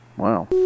Wow